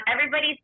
Everybody's